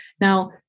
Now